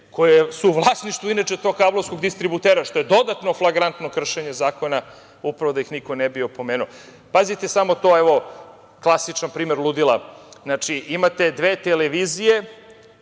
koje su u vlasništvu tog kablovskog distributera, što je dodatno flagrantno kršenje zakona, upravo da ih niko ne bi opomenuo. Evo klasičan primer ludila. Imate dve televizije